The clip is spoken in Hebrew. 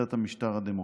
בשיטת המשטר הדמוקרטי.